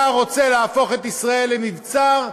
אתה רוצה להפוך את ישראל למבצר?